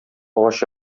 агач